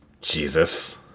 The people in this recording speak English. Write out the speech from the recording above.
Jesus